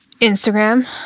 Instagram